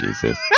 Jesus